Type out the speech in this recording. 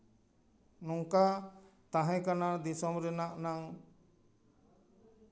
ᱱᱚᱝᱠᱟ ᱛᱟᱦᱮᱸ ᱠᱟᱱᱟ ᱫᱤᱥᱚᱢ ᱨᱮᱱᱟᱜ ᱱᱟᱝ